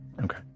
Okay